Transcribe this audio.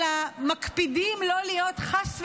אלא מקפידים לא להיות, חס וחלילה,